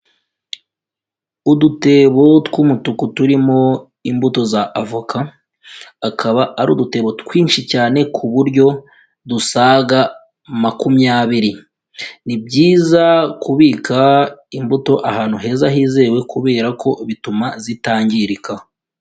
Udutebo tw'umutuku turimo imbuto za avoka, akaba ari udutebo twinshi cyane ku buryo dusaga makumyabiri, ni byiza kubika imbuto ahantu heza hizewe kubera ko bituma zitangirika.